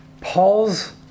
Paul's